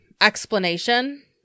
explanation